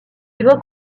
évoque